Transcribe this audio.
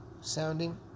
Sounding